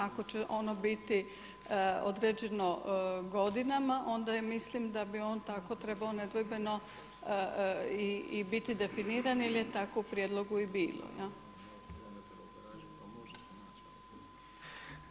Ako će ono biti određeno godinama onda mislim da bi on tako trebao nedvojbeno i biti definiran jer je tako u prijedlogu i bilo, jel'